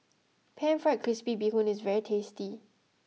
Pan Fried Crispy Bee Hoon is very tasty